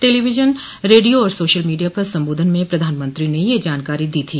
television radio और social media पर संबोधन में प्रधानमंत्री ने यह जानकारी दी थी